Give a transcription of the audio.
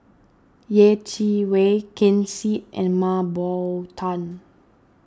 Yeh Chi Wei Ken Seet and Mah Bow Tan